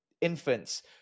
infants